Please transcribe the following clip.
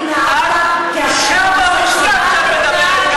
התנהגת כאחרון האספסוף.